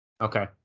Okay